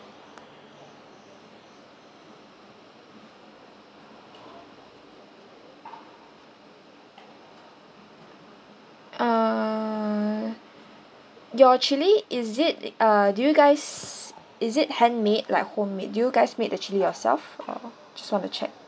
uh your chili is it uh do you guys is it handmade like homemade you guys made the chili yourself uh just want to check